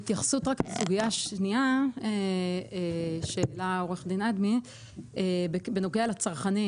התייחסות לסוגיה השנייה של עורך דין אדמי בנוגע לצרכנים: